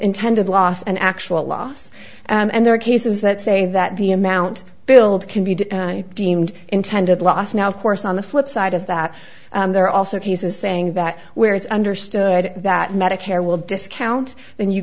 intended loss and actual loss and there are cases that say that the amount billed can be deemed intended loss now of course on the flip side of that there are also cases saying that where it's understood that medicare will discount then you